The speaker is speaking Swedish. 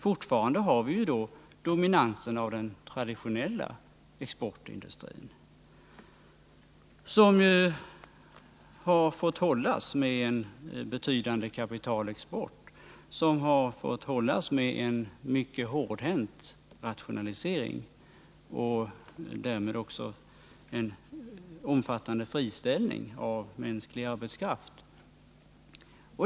Fortfarande har vi dominansen av den traditionella exportindustrin, som ju har fått hållas med en betydande kapitalexport; som har fått hållas med en mycket hårdhänt rationalisering och därmed också en omfattande friställning av mänsklig arbetskraft.